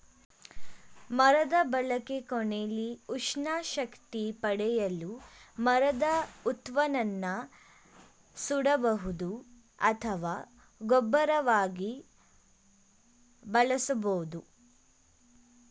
ಮರದ ಬಳಕೆ ಕೊನೆಲಿ ಉಷ್ಣ ಶಕ್ತಿ ಪಡೆಯಲು ಮರದ ಉತ್ಪನ್ನನ ಸುಡಬಹುದು ಅಥವಾ ಗೊಬ್ಬರವಾಗಿ ಬಳಸ್ಬೋದು